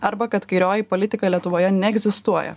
arba kad kairioji politika lietuvoje neegzistuoja